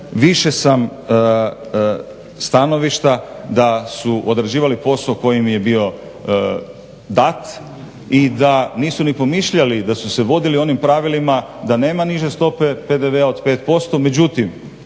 Više sam stanovišta da su odrađivali posao koji im je bio dat i da nisu ni pomišljali da su se vodili onim pravilima da nema niže stope PDV-a od 5%. Međutim,